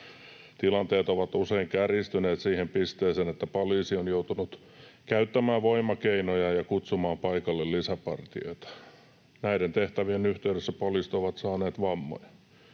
Tilanteet ovat usein kärjistyneet siihen pisteeseen, että poliisi on joutunut käyttämään voimakeinoja ja kutsumaan paikalle lisäpartioita. Näiden tehtävien yhteydessä poliisit ovat saaneet vammoja.